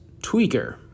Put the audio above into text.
tweaker